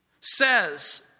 says